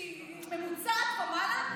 שהיא ממוצעת ומעלה,